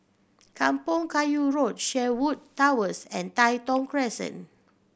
Kampong Kayu Road Sherwood Towers and Tai Thong Crescent